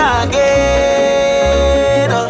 again